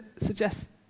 suggest